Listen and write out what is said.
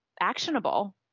actionable